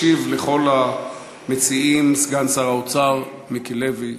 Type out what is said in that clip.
ישיב לכל המציעים סגן שר האוצר מיקי לוי.